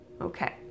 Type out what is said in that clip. okay